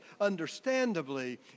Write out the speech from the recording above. understandably